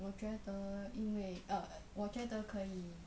我觉得因为 err 我觉得可以